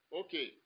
okay